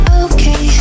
okay